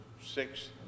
six